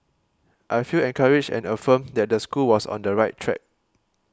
I felt encouraged and affirmed that the school was on the right track